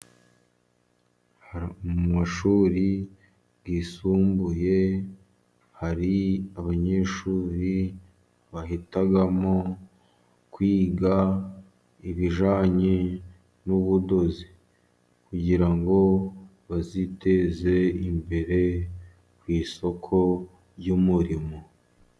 Mu mashuri yisumbuye, hari abanyeshuri bahitamo kwiga ibijyanye n'ubudozi. Kugira ngo baziteze imbere ku isoko ry'umurimo.